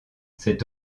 c’est